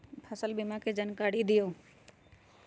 फसल बीमा के जानकारी दिअऊ?